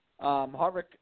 Harvick